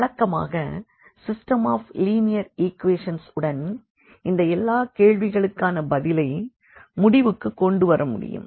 வழக்கமாக system of linear equations உடன் இந்த எல்லா கேள்விகளுக்கான பதிலை முடிவுக்குக் கொண்டுவர முடியும்